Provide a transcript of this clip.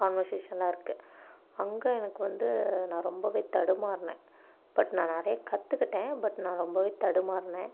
கான்வெர்சேஷன்லாம் இருக்குது அங்கே எனக்கு வந்து நான் ரொம்பவே தடுமாறினேன் பட் நான் நிறைய கற்றுகிட்டேன் பட் நான் ரொம்பவே தடுமாறினேன்